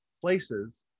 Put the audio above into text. places